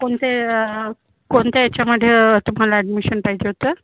कोणत्या कोणत्या हेच्यामध्ये तुम्हाला ॲडमिशन पाहिजे होतं